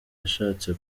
yashatse